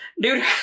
Dude